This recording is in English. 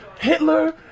Hitler